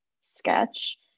sketch